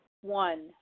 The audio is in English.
One